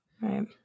Right